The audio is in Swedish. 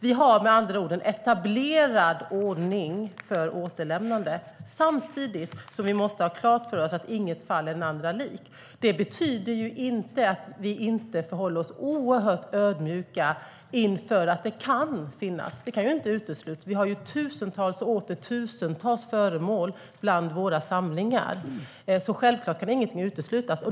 Vi har med andra ord en etablerad ordning för återlämnande. Samtidigt måste vi ha klart för oss att inget fall är det andra likt. Det betyder inte att vi inte förhåller oss oerhört ödmjuka inför att det kan finnas sådana föremål. Det kan inte uteslutas. Vi har tusentals och åter tusentals föremål i våra samlingar, och självklart kan ingenting uteslutas.